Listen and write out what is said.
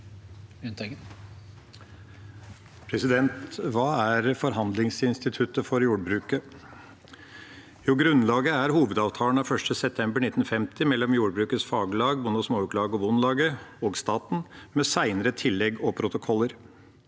Hva er for- handlingsinstituttet for jordbruket? Jo, grunnlaget er hovedavtalen av 1. september 1950 mellom jordbrukets faglag, Norsk Bonde- og Småbrukarlag og Norges Bondelag, og staten, med senere tillegg og protokoller.